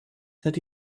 that